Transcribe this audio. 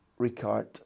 Ricard